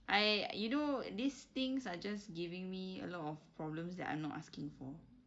ah you do these things are just giving me a lot of problems that I'm not asking for